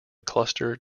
cluster